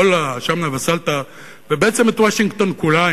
השמנה וסולתה ובעצם את וושינגטון כולה,